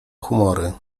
humory